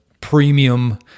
premium